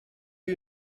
you